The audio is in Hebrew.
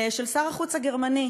של שר החוץ הגרמני,